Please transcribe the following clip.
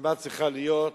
הססמה צריכה להיות: